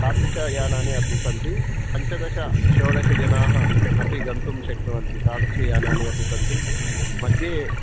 तादृशयानानि अपि सन्ति पञ्चदश षोडशजनाः अपि गन्तुं शक्नुवन्ति तादृशयानानि अपि सन्ति मध्ये